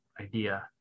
idea